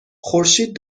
خورشید